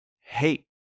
Hey